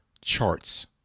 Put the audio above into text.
charts